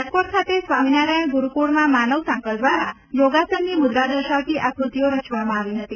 રાજકોટ ખાતે સ્વામિનારાયણ ગુરૂકુળમાં માનવ સાંકળ દ્વારા યોગાસનની મુદ્રા દર્શાવતી આક્રતિઓ રચવામાં આવી હતી